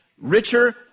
richer